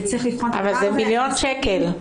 זה מיליון שקלים.